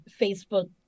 Facebook